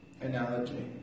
Analogy